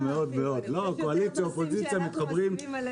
לא קואליציה אופוזיציה מתחברים,